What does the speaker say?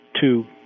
two